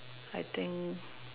I think